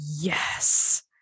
yes